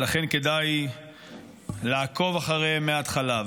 ולכן כדאי לעקוב אחריהם מההתחלה.